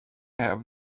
have